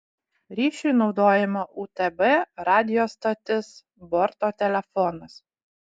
ryšiui naudojama utb radijo stotis borto telefonas